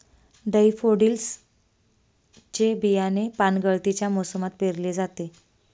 daffodils चे बियाणे पानगळतीच्या मोसमात पेरले जाते